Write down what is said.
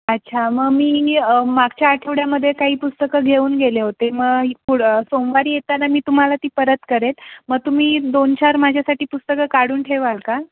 अच्छा मग मी मागच्या आठवड्यामध्ये काही पुस्तकं घेऊन गेले होते मग पुढ सोमवारी येताना मी तुम्हाला ती परत करेल मग तुम्ही दोन चार माझ्यासाठी पुस्तकं काढून ठेवाल का